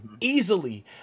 easily